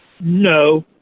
No